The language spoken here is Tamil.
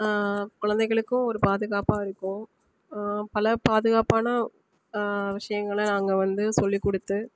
குழந்தைகளுக்கும் ஒரு பாதுகாப்பாக இருக்கும் பல பாதுகாப்பான விஷயங்கள நாங்கள் வந்து சொல்லிக் கொடுத்து